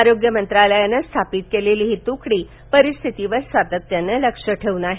आरोग्य मंत्रालयानं स्थापित केलेली ही तुकडी परिस्थितीवर सातत्यानं लक्ष ठेऊन आहे